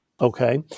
Okay